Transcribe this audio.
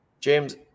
James